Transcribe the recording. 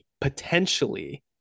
potentially